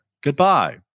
goodbye